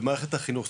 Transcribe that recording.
במערכת החינוך,